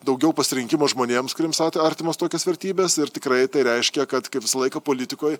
daugiau pasirinkimo žmonėms kuriems artimos tokios vertybės ir tikrai tai reiškia kad kaip visą laiką politikoj